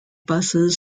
buses